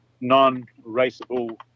non-raceable